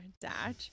Dash